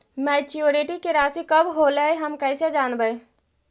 Maturity के रासि कब होलै हम कैसे जानबै?